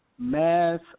mass